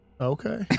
Okay